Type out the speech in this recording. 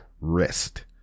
rest